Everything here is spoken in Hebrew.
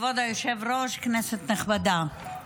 כבוד היושב-ראש, כנסת נכבדה,